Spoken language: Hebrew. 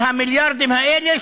מהמיליארדים האלה,